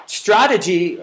strategy